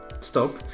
Stop